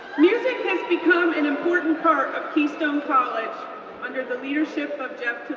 music has become an important part of keystone college under the leadership of jeff